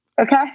Okay